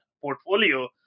portfolio